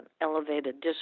elevated